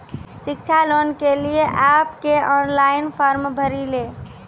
शिक्षा लोन के लिए आप के ऑनलाइन फॉर्म भरी ले?